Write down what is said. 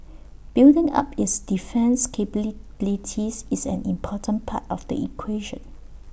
building up its defence is an important part of the equation